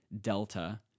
Delta